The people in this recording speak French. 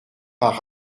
par